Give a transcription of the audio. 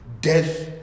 death